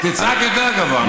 תצעק יותר גבוה.